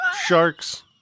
sharks